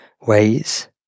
ways